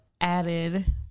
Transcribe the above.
added